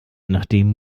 nachdem